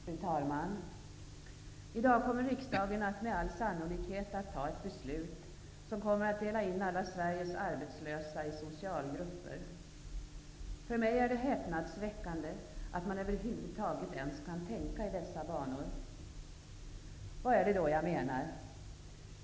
Fru talman! I dag kommer riksdagen att med all sannolikhet fatta ett beslut som kommer att dela in alla Sveriges arbetslösa i socialgrupper. För mig är det häpnadsväckande att man över huvud taget ens kan tänka i dessa banor. Vad är det då jag menar?